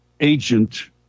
agent